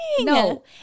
no